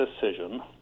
decision